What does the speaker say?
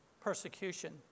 persecution